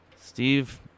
Steve